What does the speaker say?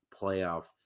playoff